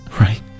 right